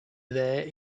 there